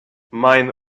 mein